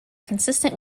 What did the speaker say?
consistent